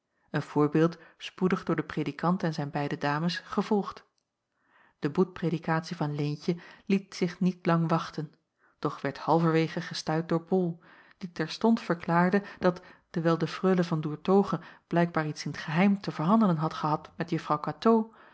een voorbeeld spoedig door den predikant en zijn beide dames gevolgd de boetpredikatie van leentje liet zich niet lang wachten doch werd halverwege gestuit door bol die terstond verklaarde dat dewijl de freule van doertoghe blijkbaar iets in t geheim te verhandelen had gehad met juffrouw katoo